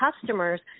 customers